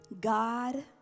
God